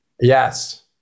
Yes